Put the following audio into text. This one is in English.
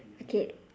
okay